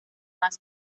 más